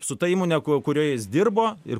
su ta įmone ku kuria jis dirbo ir